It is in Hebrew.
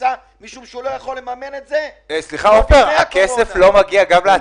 אם אתה שואל אותי האם השקל השולי צריך להגיע לסטודנט